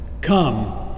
Come